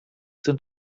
sind